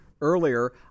Earlier